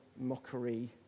mockery